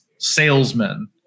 Salesmen